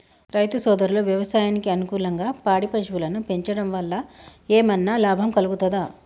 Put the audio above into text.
రైతు సోదరులు వ్యవసాయానికి అనుకూలంగా పాడి పశువులను పెంచడం వల్ల ఏమన్నా లాభం కలుగుతదా?